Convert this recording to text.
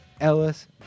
Ellis